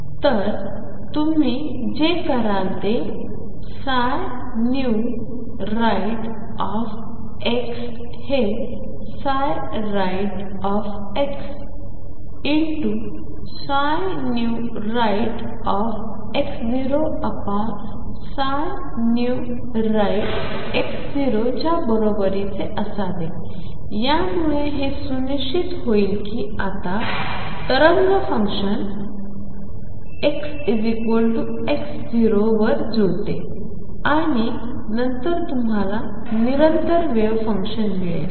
तर तुम्ही जे कराल ते rightnew हे rightxleftnewx0rightnewx0च्या बरोबरीचे असावे यामुळे हे सुनिश्चित होईल की आता तरंग फंक्शन xx0 वर जुळते आणि नंतर तुम्हाला निरंतर वेव्ह फंक्शन मिळेल